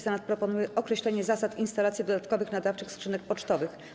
Senat proponuje określenie zasad instalacji dodatkowych nadawczych skrzynek pocztowych.